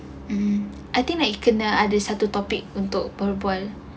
um I think like kena satu ada satu topic untuk berbual